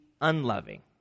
unloving